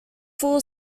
full